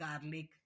garlic